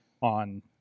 on